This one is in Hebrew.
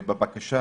ובבקשה